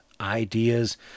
ideas